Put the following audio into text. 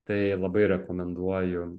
tai labai rekomenduoju